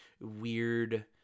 weird